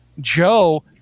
Joe